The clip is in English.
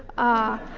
ah,